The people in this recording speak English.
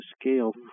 scale